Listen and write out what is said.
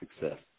success